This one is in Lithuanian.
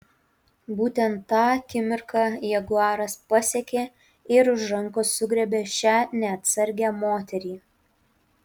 būtent tą akimirką jaguaras pasiekė ir už rankos sugriebė šią neatsargią moterį